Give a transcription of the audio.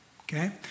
okay